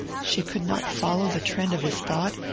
she could not follow the trend of his thought,